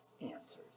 answers